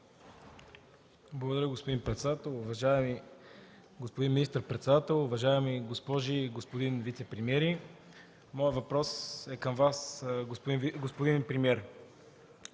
Благодаря, господин председател. Уважаеми господин министър-председател, уважаеми госпожи и господин вицепремиери! Моят въпрос е към Вас, господин премиер.